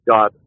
God